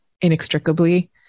inextricably